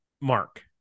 Mark